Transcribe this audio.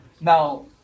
Now